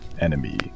enemy